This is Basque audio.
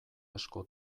asko